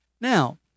Now